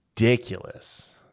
ridiculous